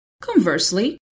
Conversely